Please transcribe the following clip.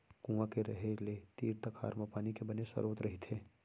कुँआ के रहें ले तीर तखार म पानी के बने सरोत रहिथे